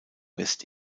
west